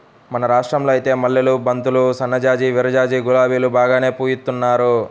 మన రాష్టంలో ఐతే మల్లెలు, బంతులు, సన్నజాజి, విరజాజి, గులాబీలు బాగానే పూయిత్తున్నారు